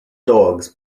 dogs